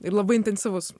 ir labai intensyvus